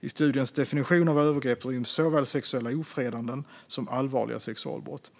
I studiens definition av övergrepp ryms såväl sexuella ofredanden som allvarliga sexualbrott.